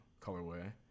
colorway